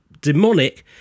demonic